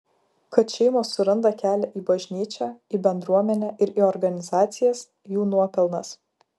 kad šeimos suranda kelią į bažnyčią į bendruomenę ir į organizacijas jų nuopelnas